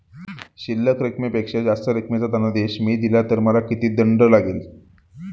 शिल्लक रकमेपेक्षा जास्त रकमेचा धनादेश मी दिला तर मला किती दंड लागेल?